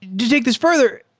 to take this further,